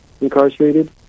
incarcerated